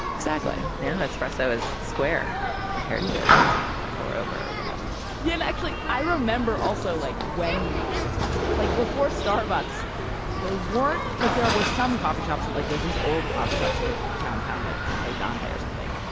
exactly. now, espresso is square compared to pour over whatever yeah. actually i remember also like when like before starbucks there weren't like there were some coffee shops and like there's these old coffee shops sort of downtown like cafe donta or something.